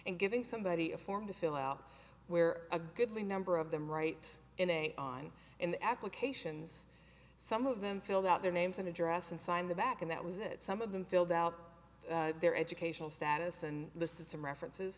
and giving somebody a form to fill out where a goodly number of them right in a on an applications some of them filled out their names and address and signed the back and that was it some of them filled out their educational status and list and some references